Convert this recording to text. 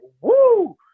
woo